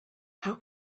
how